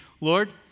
Lord